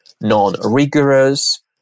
non-rigorous